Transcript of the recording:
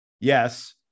yes